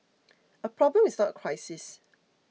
a problem is not a crisis